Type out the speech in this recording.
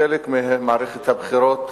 כחלק ממערכת הבחירות